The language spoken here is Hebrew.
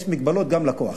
יש מגבלות לכוח.